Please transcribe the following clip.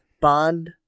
Bond